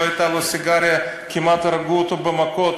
לא הייתה לו סיגריה, כמעט הרגו אותו במכות.